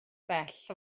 bell